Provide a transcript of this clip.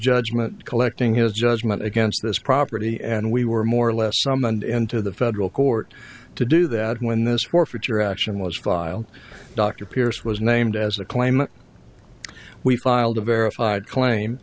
judgment collecting his judgment against this property and we were more or less summoned into the federal court to do that when this forfeiture action was filed dr pierce was named as a climate we filed a verified claim